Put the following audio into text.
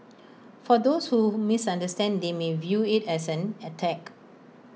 for those who misunderstand they may view IT as an attack